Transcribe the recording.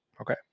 Okay